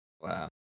Wow